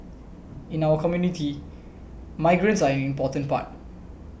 in our community migrants are an important part